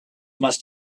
must